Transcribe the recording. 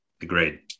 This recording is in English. Agreed